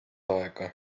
aega